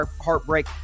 heartbreak